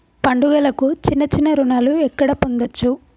పండుగలకు చిన్న చిన్న రుణాలు ఎక్కడ పొందచ్చు?